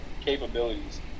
capabilities